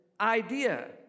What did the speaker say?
idea